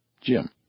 Jim